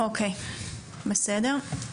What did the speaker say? אוקיי בסדר.